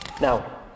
Now